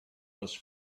was